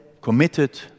committed